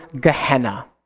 Gehenna